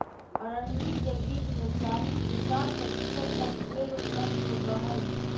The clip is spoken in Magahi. अरंडी के बीज में चालीस से साठ प्रतिशत तक तेल उपलब्ध होबा हई